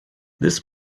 this